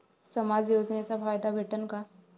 समाज योजनेचा फायदा भेटन का?